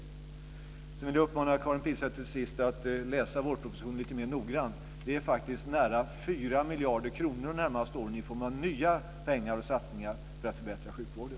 Till sist vill jag uppmana Karin Pilsäter att läsa vårpropositionen lite mer noggrant. Det är faktiskt nära 4 miljarder kronor de närmaste åren i form av nya pengar och satsningar för att förbättra sjukvården.